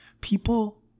people